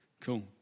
Cool